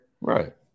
Right